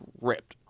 ripped